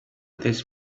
this